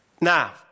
Now